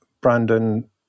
Brandon